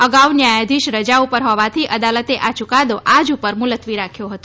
અગાઉ ન્યાયાધીશ રજા ઉપર હોવાથી અદાલતે આ યૂકાદો આજે ઉપર મુલત્વી રાખ્યો હતો